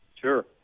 Sure